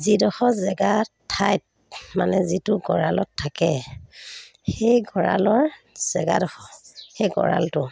যিডখৰ জেগা ঠাইত মানে যিটো গঁৰালত থাকে সেই গঁৰালৰ জেগাডখৰ সেই গঁৰালটো